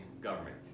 government